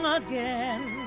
again